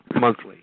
monthly